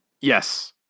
Yes